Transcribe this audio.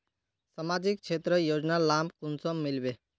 सामाजिक क्षेत्र योजनार लाभ कुंसम मिलबे?